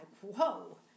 Whoa